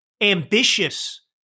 ambitious